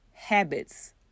habits